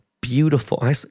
Beautiful